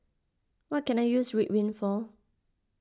what can I use Ridwind for